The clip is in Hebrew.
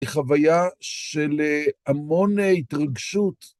חוויה של המון התרגשות.